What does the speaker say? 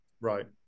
Right